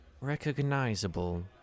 recognizable